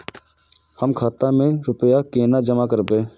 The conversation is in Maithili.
हम खाता में रूपया केना जमा करबे?